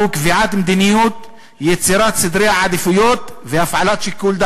התקשרויות אלה תיעשינה